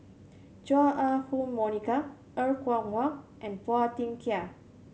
Chua Ah Huwa Monica Er Kwong Wah and Phua Thin Kiay